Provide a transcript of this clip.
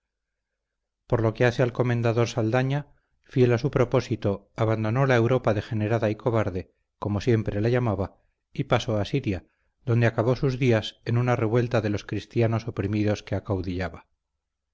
por lo que hace al comendador saldaña fiel a su propósito abandonó la europa degenerada y cobarde como siempre la llamaba y pasó a siria donde acabó sus días en una revuelta de los cristianos oprimidos que